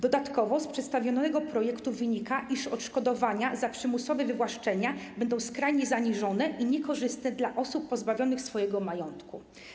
Dodatkowo z przedstawionego projektu wynika, iż odszkodowania za przymusowe wywłaszczenia będą skrajnie zaniżone i niekorzystne dla osób pozbawionych swojego majątku.